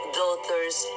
daughters